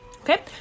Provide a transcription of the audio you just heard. Okay